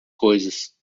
coisas